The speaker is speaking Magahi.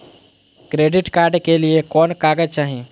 क्रेडिट कार्ड के लिए कौन कागज चाही?